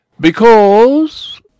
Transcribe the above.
Because